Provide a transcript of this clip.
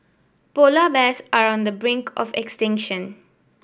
polar bears are on the brink of extinction